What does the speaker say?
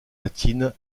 latine